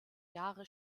jahre